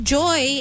joy